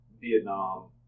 Vietnam